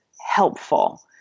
helpful